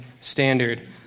Standard